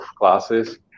classes